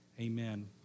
amen